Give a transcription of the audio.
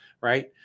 Right